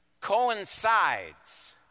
coincides